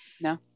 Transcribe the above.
no